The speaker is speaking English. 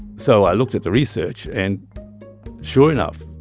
so i looked at the research. and sure enough,